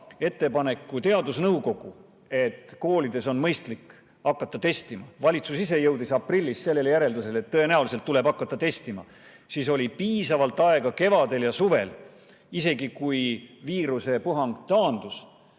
ettepaneku, et koolides on mõistlik hakata testima, ja valitsus ise jõudis aprillis sellele järeldusele, et tõenäoliselt tuleb hakata testima, siis oli piisavalt aega kevadel ja suvel, isegi kui viirusepuhang taandus,